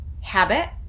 habit